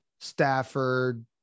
Stafford